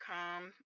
come